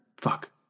fuck